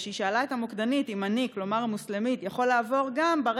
כשהיא שאלה את המוקדנית אם המוסלמי יכול לעבור גם הוא,